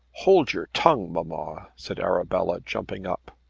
hold your tongue, mamma, said arabella jumping up.